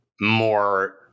more